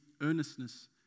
earnestness